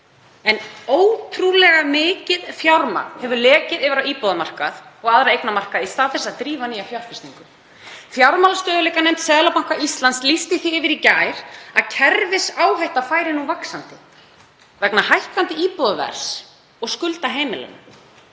en ótrúlega mikið fjármagn hefur lekið inn á íbúðamarkað og aðra eignamarkaði í stað þess að drífa áfram nýja fjárfestingu. Fjármálastöðugleikanefnd Seðlabanka Íslands lýsti því yfir í gær að kerfisáhætta færi nú vaxandi vegna hækkandi íbúðaverðs og skulda heimilanna.